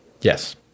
Yes